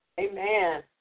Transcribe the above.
Amen